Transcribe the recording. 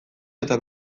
eta